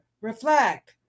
Reflect